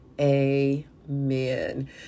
amen